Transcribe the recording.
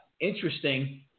interesting